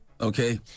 okay